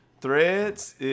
Threads